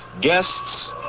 guests